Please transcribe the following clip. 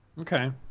Okay